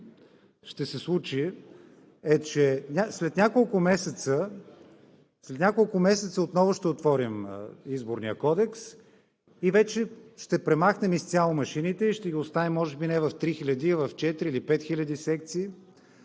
ще се случи, е, че след няколко месеца отново ще отворим Изборния кодекс, ще премахнем изцяло машините и ще ги оставим – може би не в три хиляди, а в четири или пет хиляди секции,